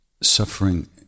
suffering